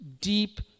deep